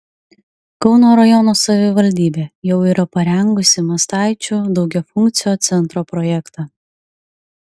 kauno rajono savivaldybė jau yra parengusi mastaičių daugiafunkcio centro projektą